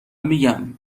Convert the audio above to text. میگم